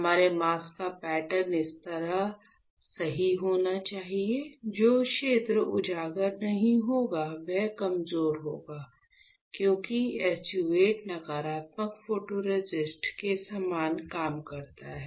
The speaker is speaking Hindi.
हमारे मास्क का पैटर्न इस तरह सही होना चाहिए जो क्षेत्र उजागर नहीं होगा वह कमजोर होगा क्योंकि SU 8 नकारात्मक फोटोरेसिस्ट के समान काम करता है